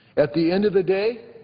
at the end of the day